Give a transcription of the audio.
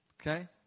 Okay